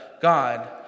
God